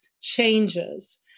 changes